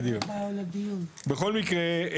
בכל מקרה,